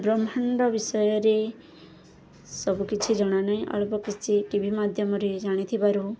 ବ୍ରହ୍ମାଣ୍ଡ ବିଷୟରେ ସବୁକିଛି ଜଣା ନାହିଁ ଅଳ୍ପ କିଛି ଟି ଭି ମାଧ୍ୟମରେ ଜାଣିଥିବାରୁ